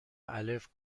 الف